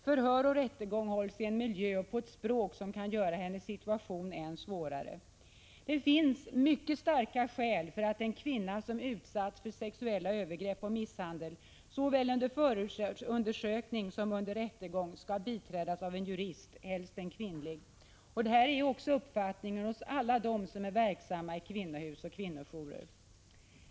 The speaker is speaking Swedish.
Förhör och rättegång hålls i en miljö och på ett språk som kan göra hennes situation än svårare. Det finns mycket starka skäl för att en kvinna som utsatts för sexuella övergrepp och misshandel skall biträdas av en jurist — helst en kvinnlig — såväl under förundersökning som under rättegång. Detta är också uppfattningen hos alla dem som är verksamma i kvinnohus och kvinnojourer.